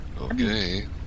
Okay